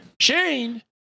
Shane